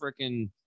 freaking